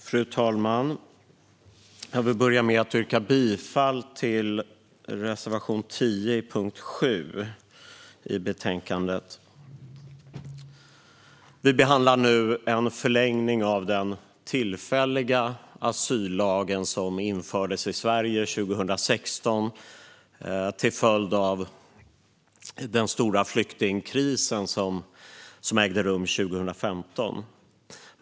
Fru talman! Jag vill börja med att yrka bifall till reservation 10 under punkt 7 i betänkandet. Vi behandlar nu en förlängning av den tillfälliga asyllagen, som infördes i Sverige 2016 till följd av den stora flyktingkris som ägde rum 2015.